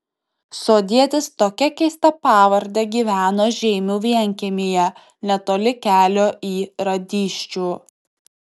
sodietis tokia keista pavarde gyveno žeimių vienkiemyje netoli kelio į radyščių